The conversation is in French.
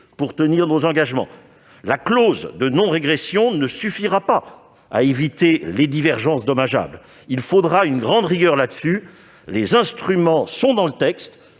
pour tenir nos engagements. La clause de non-régression ne suffira pas à éviter les divergences dommageables. Il faudra faire preuve d'une grande rigueur. Les instruments sont dans le texte.